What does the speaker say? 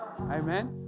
Amen